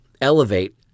elevate